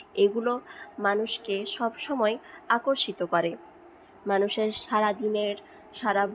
এগুলো মানুষকে সবসময় আকর্ষিত করে মানুষের সারাদিনের সারা